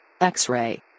X-ray